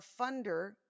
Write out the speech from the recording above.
funder